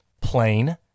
plain